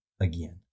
again